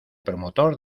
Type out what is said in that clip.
promotor